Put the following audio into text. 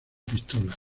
pistola